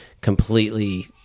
completely